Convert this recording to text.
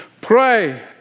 pray